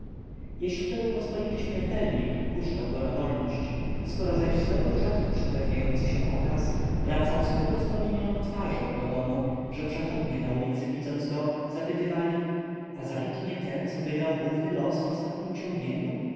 jeśli to był pospolity śmiertelnik puszczał go na wolność skoro zaś zdobył rzadko przytrafiający się okaz wracał z tak rozpromienioną twarzą do domu że przechodnie na ulicy widząc go zapytywali azali to nie ten co wygrał główny los w ostatniem ciągnieniu